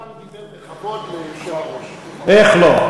העיקר הוא דיבר בכבוד, איך לא.